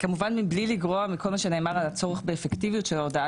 כמובן מבלי לגרוע מכל מה שנאמר על הצורך באפקטיביות של ההודעה,